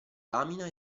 lamina